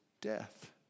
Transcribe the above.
death